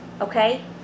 okay